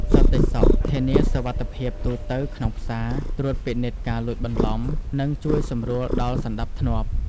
សន្តិសុខ ធានាសុវត្ថិភាពទូទៅក្នុងផ្សារ ត្រួតពិនិត្យការលួចបន្លំ និងជួយសម្រួលដល់សណ្តាប់ធ្នាប់។